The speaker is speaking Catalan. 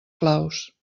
claus